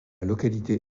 localité